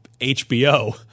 HBO